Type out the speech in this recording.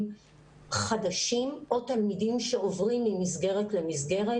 חדשים או תלמידים שעוברים ממסגרת למסגרת,